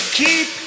keep